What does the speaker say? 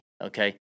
Okay